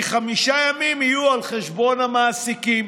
כי חמישה ימים יהיו על חשבון המעסיקים.